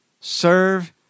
serve